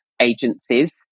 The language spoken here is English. agencies